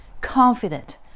confident